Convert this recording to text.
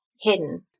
hidden